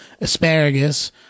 asparagus